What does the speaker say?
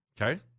Okay